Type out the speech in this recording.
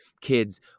kids